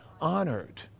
Honored